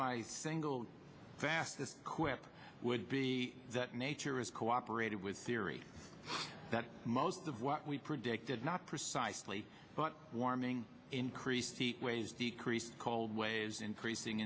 my single fastest quip would be that nature is cooperative with theory that most of what we predicted not precisely but warming increased seek ways decrease cold waves increasing